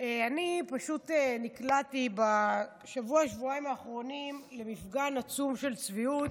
אני פשוט נקלעתי בשבוע-שבועיים האחרונים למפגן עצום של צביעות,